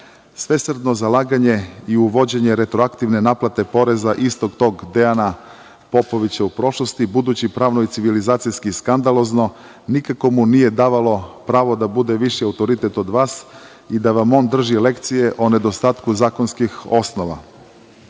Svesrdno zalaganje i uvođenje retroaktivne naplate poreza istog tog Dejana Popovića u prošlosti, u budućoj pravnoj civilizaciji je skandalozno, nikako mu nije davalo pravo da bude viši autoritet od vas i da vam on drži lekcije o nedostatku zakonskih osnova. Trebalo